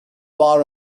bar